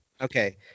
Okay